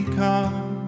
come